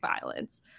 violence